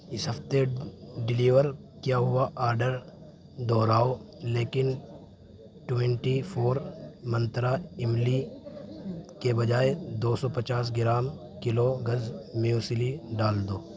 اس ہفتے ڈیلیور کیا ہوا آڈر دوہراؤ لیکن ٹوینٹی فور منترا املی کے بجائے دو سو پچاس گرام کیلوگز میوسلی ڈال دو